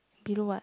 below what